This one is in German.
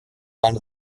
mein